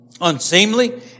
unseemly